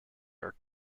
are